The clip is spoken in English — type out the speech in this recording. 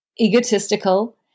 egotistical